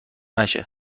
نشه